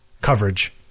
coverage